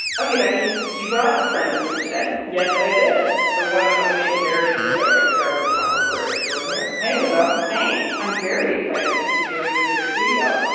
ok, becky, you brought a friend with you today yes, i did the one and only meredith rizzo, npr photographer extraordinaire hey, rizzo hey i'm very excited to see you in this here studio.